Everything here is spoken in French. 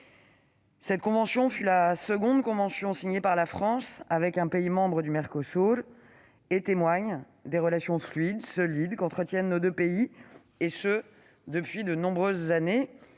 Cette convention, qui fut le second instrument signé par la France avec un pays membre du Mercosur, témoigne des relations fluides et solides qu'entretiennent nos deux pays depuis de nombreuses années.